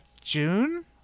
June